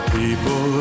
people